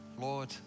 Lord